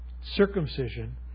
circumcision